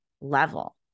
level